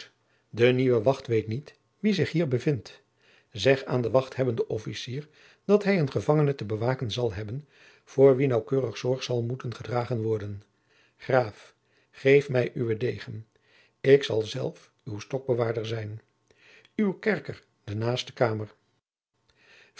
de nieuwe wacht weet niet wie zich hier bevindt zeg aan den wachthebbenden officier dat hij een gevangene te bewaken zal hebben voor wien naauwkeurig zorg zal moeten gedragen worden graaf geef mij uwen degen ik zal zelf uw stokbewaarder zijn uw kerker de naaste kamer